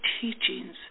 teachings